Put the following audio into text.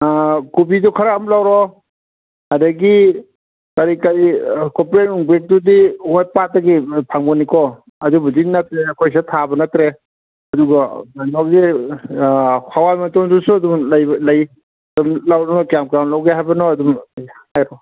ꯀꯣꯕꯤꯗꯣ ꯈꯔ ꯑꯃ ꯂꯧꯔꯣ ꯑꯗꯒꯤ ꯀꯔꯤ ꯀꯔꯤ ꯀꯣꯝꯄ꯭ꯔꯦꯛ ꯅꯨꯡꯄ꯭ꯔꯦꯛꯇꯨꯗꯤ ꯍꯣꯏ ꯄꯥꯠꯇꯒꯤ ꯐꯪꯕꯅꯤꯀꯣ ꯑꯗꯨꯕꯨꯗꯤ ꯅꯠꯇ꯭ꯔꯦ ꯑꯩꯈꯣꯏꯁꯤꯗ ꯊꯥꯕ ꯅꯠꯇ꯭ꯔꯦ ꯑꯗꯨꯒ ꯀꯩꯅꯣꯒꯤ ꯍꯋꯥꯏ ꯃꯇꯣꯟꯗꯨꯁꯨ ꯑꯗꯨꯝ ꯂꯩ ꯂꯧꯔꯣ ꯀꯌꯥꯝ ꯀꯌꯥꯝ ꯂꯧꯒꯦ ꯍꯥꯏꯕꯅꯣ ꯑꯗꯨꯝ ꯍꯥꯏꯔꯣ